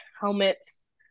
helmets